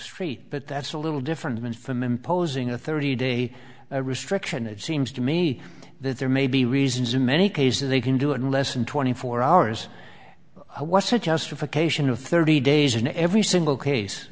street but that's a little different from imposing a thirty day restriction it seems to me that there may be reasons in many cases they can do in less than twenty four hours what's the justification of thirty days in every single case